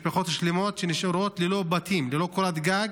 משפחות שלמות, שנשארות ללא בתים, ללא קורת גג,